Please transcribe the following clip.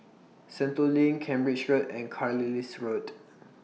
Sentul LINK Cambridge Road and Carlisle Road